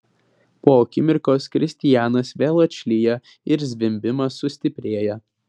po akimirkos kristianas vėl atšlyja ir zvimbimas sustiprėja